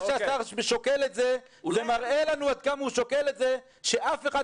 זה שהשר שוקל את זה זה מראה לנו עד כמה הוא שוקל את זה שאף אחד